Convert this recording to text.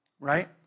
right